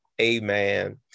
amen